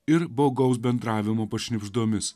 ir bogaus bendravimo pašnibždomis